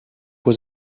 was